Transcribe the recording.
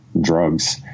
drugs